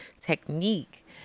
technique